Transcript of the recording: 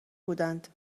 بودند